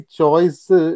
choice